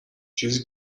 چیزی